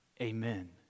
amen